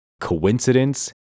coincidence